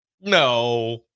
no